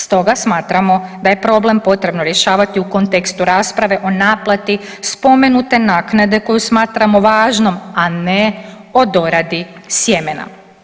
Stoga smatramo da je problem potrebno rješavati u kontekstu rasprave o naplati spomenute naknade koji smatramo važnom, a ne o doradi sjemena.